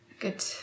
Good